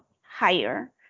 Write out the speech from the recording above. higher